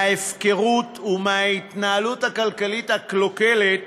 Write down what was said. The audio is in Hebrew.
מההפקרות ומההתנהלות הכלכלית הקלוקלת